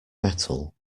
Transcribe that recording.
metal